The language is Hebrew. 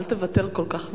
אל תוותר כל כך מהר.